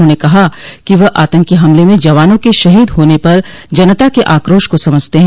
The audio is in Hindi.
उन्होंने कहा कि वह आतंकी हमले में जवानों के शहीद होने पर जनता क आक्रोश को समझते हैं